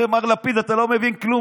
הרי, מר לפיד, אתה לא מבין כלום.